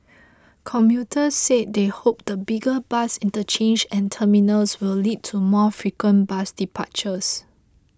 commuters said they hoped the bigger interchange and terminals will lead to more frequent bus departures